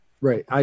Right